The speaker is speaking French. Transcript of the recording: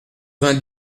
vingt